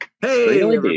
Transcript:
Hey